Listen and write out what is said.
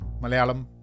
Malayalam